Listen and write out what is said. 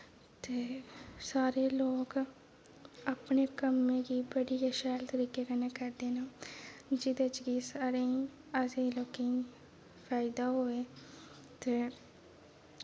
ते सारे लोग अपने कम्में गी बड़ी गै शैल तरीके कन्नै करदे न जेह्दे च कि सारें गी असें लोकें गी फायदा होऐ ते